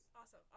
Awesome